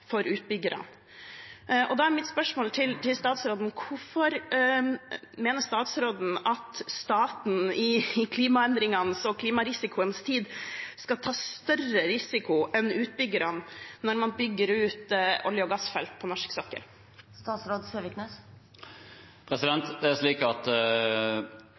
for utbyggerne. Da er mitt spørsmål til statsråden: Hvorfor mener statsråden at staten i klimaendringenes og klimarisikoens tid skal ta større risiko enn utbyggerne når man bygger ut olje- og gassfelt på norsk sokkel?